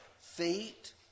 feet